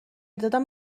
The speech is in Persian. دادم